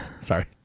Sorry